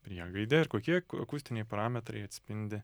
priegaidę ir kokie akustiniai parametrai atspindi